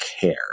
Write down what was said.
care